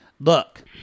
look